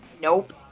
Nope